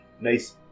nice